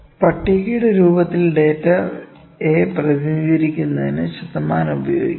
പട്ടികയുടെ രൂപത്തിൽ ഡാറ്റയെ പ്രതിനിധീകരിക്കുന്നതിനു ശതമാനം ഉപയോഗിക്കാം